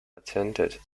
attended